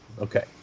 okay